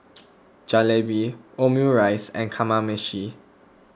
Jalebi Omurice and Kamameshi